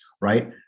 right